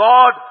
God